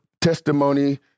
testimony